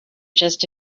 just